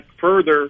further